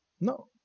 No